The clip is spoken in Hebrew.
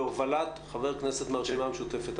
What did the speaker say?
בהובלת חבר כנסת מהרשימה המשותפת,